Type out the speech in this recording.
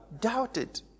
doubted